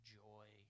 joy